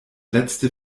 letzte